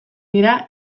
dira